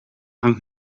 hangt